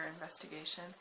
investigation